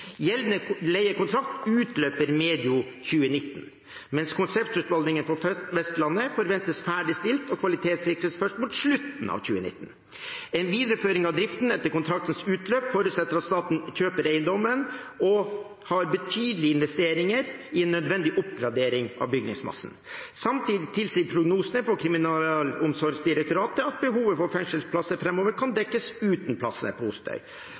leiekontrakt utløper medio 2019, mens konseptvalgutredningen for Vestlandet forventes ferdigstilt og kvalitetssikret først mot slutten av 2019. En videreføring av driften etter kontraktens utløp forutsetter at staten kjøper eiendommen og har betydelige investeringer i nødvendig oppgradering av bygningsmassen. Samtidig tilsier prognosene fra Kriminalomsorgsdirektoratet at behovet for fengselsplasser framover kan dekkes uten plassene